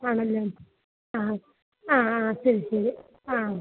ആണല്ലേ ആ ആ ആ ശരി ശരി ആ